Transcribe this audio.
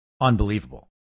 unbelievable